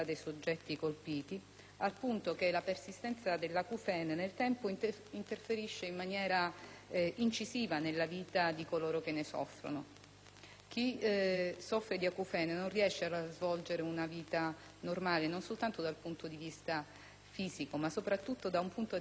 al punto che la persistenza dell'acufene nel tempo interferisce in maniera incisiva nella vita di coloro che ne soffrono. Chi soffre di acufene non riesce a svolgere una vita normale, non soltanto dal punto di vista fisico, ma soprattutto psicologico.